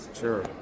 Sure